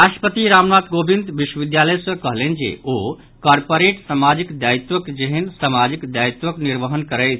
राष्ट्रपति रामनाथ कोविन्द विश्वविद्यालय सॅ कहलनि जे ओ कॉर्पोरेट सामाजिक दायित्वक जेहेन समाजिक दायित्वक निर्वहन करैथ